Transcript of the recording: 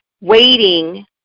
waiting